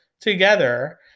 Together